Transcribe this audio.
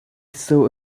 saw